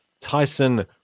Tyson